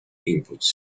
inputs